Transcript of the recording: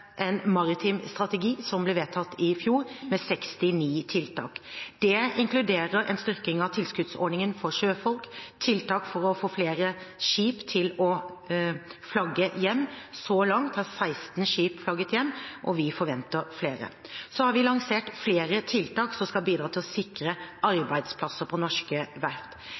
en maritim strategi som ble vedtatt i fjor, med 69 tiltak. Det inkluderer en styrking av tilskuddsordningen for sjøfolk og tiltak for å få flere skip til å flagge hjem. Så langt har 16 skip flagget hjem, og vi forventer flere. Vi har også lansert flere tiltak som skal bidra til å sikre arbeidsplasser ved norske verft.